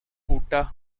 utah